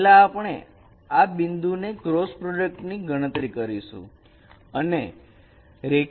તો પહેલા આપણે આ બે બિંદુ ના ક્રોસ પ્રોડક્ટની ની ગણતરી કરીશું ની ગણતરી કરીશું